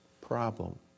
problem